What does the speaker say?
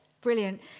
Brilliant